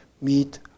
meet